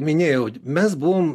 minėjau mes buvom